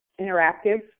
interactive